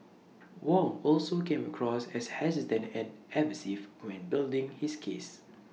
Wong also came across as hesitant and evasive when building his case